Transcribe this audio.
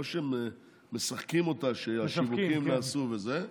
לא שהם משחקים אותה שהשיווקים נעשו וזה.